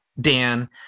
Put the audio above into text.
Dan